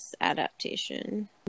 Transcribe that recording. adaptation